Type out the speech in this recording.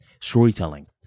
storytelling